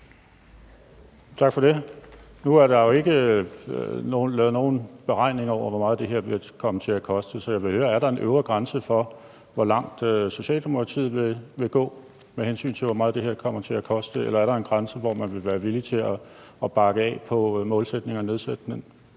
Tak for det. Nu er der jo ikke lavet nogen beregninger over, hvor meget det her kommer til at koste. Så jeg vil høre: Er der en øvre grænse for, hvor langt Socialdemokratiet vil gå, med hensyn til hvor meget det her kommer til at koste? Eller er der en grænse, hvor man vil være villig til at bakke af på målsætninger og nedsætte